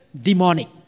demonic